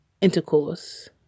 intercourse